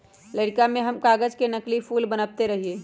लइरका में हम कागज से नकली फूल बनबैत रहियइ